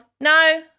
No